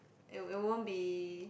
it w~ it won't be